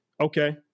okay